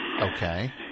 Okay